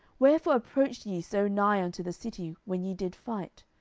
wherefore approached ye so nigh unto the city when ye did fight?